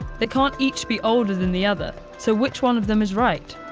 they can't each be older than the other, so which one of them is right?